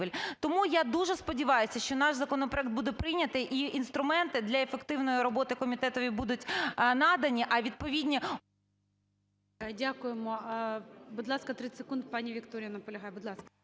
Тому я дуже сподіваюся, що наш законопроект буде прийнятий, і інструменти для ефективної роботи комітетові будуть надані, а відповідні… ГОЛОВУЮЧИЙ. Дякуємо. Будь ласка, 30 секунд, пані Вікторія наполягає. Будь ласка.